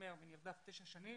האלצהיימר ונרדף תשע שנים.